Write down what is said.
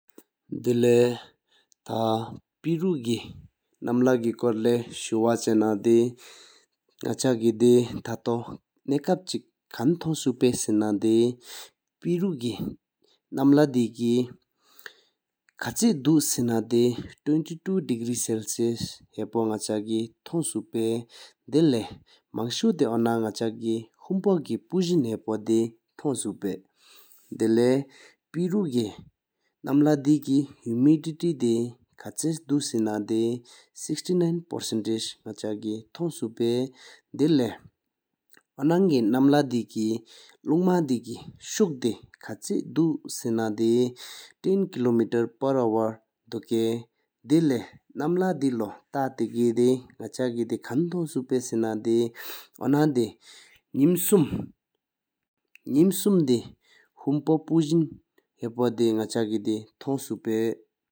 དེ་ལེགས་ཐ་འཔེ་རུའི་མིང་གི་ནམ་ལྷ་གི་འཁོར་ལོ་ཤིབ་འབྱུང་ན་བསྟུན་ལྷག་ཀར་དེ་རྔ་བཞིན་འདི་རྔ་བ་ཆེན་པོ་རེད་པས། རྔ་བཞིན་འདི་རྔ་བ་འཇམ་པོས་སེང་རིང་དུ་མཐོང་ཞེས་སྤར་རེད། པེ་རུ་གི་མིང་གི་ནམ་ལྷ་རྔ་བ་ཅན་གྱི་རྔ་འཇམ་པོ་རྒྱུག་དེ་གསེར་རྔ་བ་གཟིང་ར་ལུས་དམ། ༢༡ མཐོ་ཞེས་སྤར་རེད། ད་ལེགས་དེ་དུ་རང་གི་པོ་ཀྱི་རྒྱུག་བསེང་ཡོད་གཞིར་ཅན་ཏེ་གག་དེ་གདར་ཡོད་ཐུས་མཁྲི་དྲག་དེ་སླུང་མཐར་ན། དེ་ལེགས་མང་གཞུ་འདི་རང་གི་ལྔ་མོ་རྒྱུག་བསེང་ལུས་སྲིད་མིང་ལུས་འཇངས་འཁྲི་དཀར་བསུ་གཞུང་གྲོལ་དུ་ལས་ཚེག་རེད། དེ་ལེགས་ནཊེར་རུའང་མིང་གི་ནམ་ལྷ་རྒྱུག་བསེང་རྟོན་བར། གྲོགས་གཤུར་དཀོར་ལྷ་ཀྱི་དེ་ན་ཟིང་ར་རྣང་ཡོད་ ཤུ་དང་སོན་ཟིང་ར་འཛང་བ་འཕྲད་རེད་ཤུག་མི་ནུ་རཊྲེར་ལུས་ན་ཞིང་ལྷ་བསུ་ཡོད་དོར་བ་ཐོབ་པས། དེ་ལེགས་མིང་གྲོལ་ལས་ག་དེ་རུང་ག་རྩད་རྒྱུག་བསེང་འདུལ་རེལ་རི་ཟིང་ར་ལིང་ར་དུ་མཐོང་ཡོད་ཅིག་རྲང་ནམ་ལྷ་སྤིའང་འཇམ་གླིང་མས་ཕྱག། རྒྱུག་དེ་སྐྱོར་དུ་འོ་ལ་སྐྱིད་ལུས་དེ་ལྕུག་བ་འོས་ཞུགས་ཀྱང་ཤུར་ཡོད་དག་འགར་རེད།